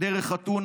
דרך אתונה,